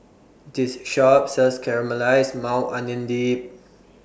This Shop sells Caramelized Maui Onion Dip